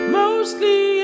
mostly